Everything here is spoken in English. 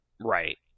Right